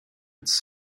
its